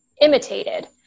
imitated